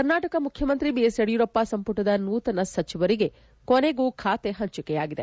ಕರ್ನಾಟಕ ಮುಖ್ಚುಮಂತ್ರಿ ಬಿಎಸ್ ಯಡಿಯೂರಪ್ಪ ಸಂಪುಟದ ನೂತನ ಸಚಿವರಿಗೆ ಕೊನೆಗೂ ಖಾತೆ ಪಂಚಿಕೆಯಾಗಿದೆ